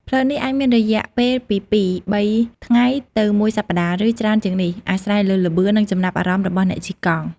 ផ្លូវនេះអាចមានរយៈពេលពីពីរបីថ្ងៃទៅមួយសប្តាហ៍ ឬច្រើនជាងនេះ អាស្រ័យលើល្បឿន និងចំណាប់អារម្មណ៍របស់អ្នកជិះកង់។